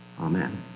Amen